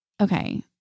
okay